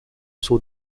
saut